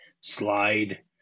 slide